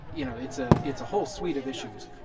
you know, it's ah it's a whole suite of issues.